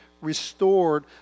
restored